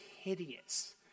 hideous